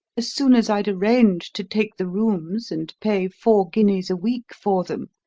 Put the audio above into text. as soon as i'd arranged to take the rooms and pay four guineas a week for them,